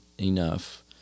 enough